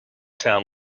town